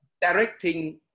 directing